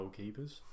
goalkeepers